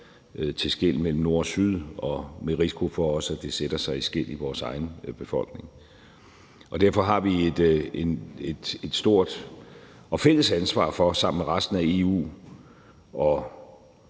til skel mellem Nord og Syd, og også med risiko for, at det sætter sig som et skel i vores egen befolkning. Derfor har vi et stort og fælles ansvar for sammen med resten af EU